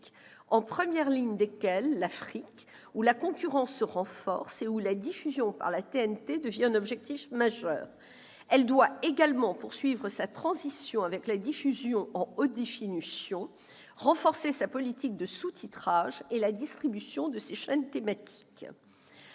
en première ligne desquelles l'Afrique où la concurrence se renforce et où la diffusion par la TNT devient un objectif majeur. Elle doit également poursuivre sa transition avec la diffusion en haute définition, renforcer sa politique de sous-titrage et la distribution de ses chaînes thématiques.